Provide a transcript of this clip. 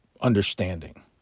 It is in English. understanding